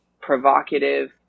provocative